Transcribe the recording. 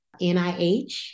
NIH